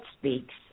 speaks